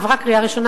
עברה קריאה ראשונה,